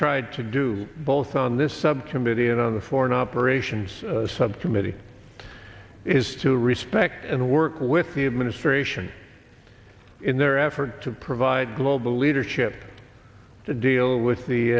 tried to do both on this subcommittee and on the foreign operations subcommittee is to respect and work with the administration in their effort to provide global leadership to deal with the